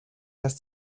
has